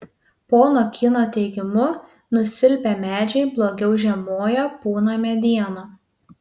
pono kyno teigimu nusilpę medžiai blogiau žiemoja pūna mediena